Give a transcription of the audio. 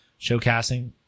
showcasing